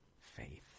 faith